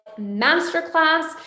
masterclass